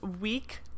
week